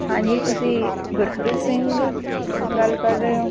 ਹਾਂਜੀ ਤੁਸੀਂ ਗੁਰਪ੍ਰੀਤ ਸਿੰਘ ਗੱਲ ਕਰ ਰਹੇ ਹੋ